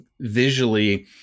visually